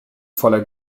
voller